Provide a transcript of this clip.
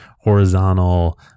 horizontal